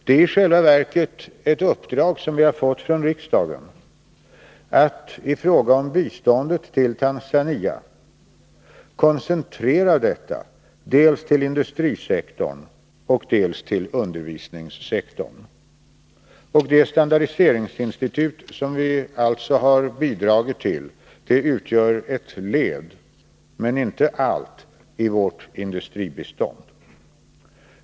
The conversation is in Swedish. Det är i själva verket ett uppdrag som vi fått från riksdagen att i fråga om biståndet till Tanzania koncentrera detta dels till industrisektorn, dels till undervisningssektorn. Det standardiseringsinstitut som vi alltså bidragit till utgör ett led — men inte allt — i vårt industribistånd.